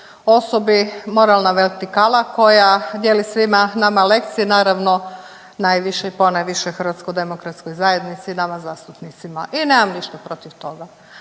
osobi, moralna vertikala koja dijeli svima nama lekcije, naravno, najviše i ponajviše HDZ-u i nama zastupnicima i nemam ništa protiv toga.